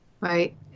Right